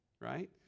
Right